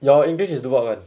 your english is do what [one]